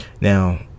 Now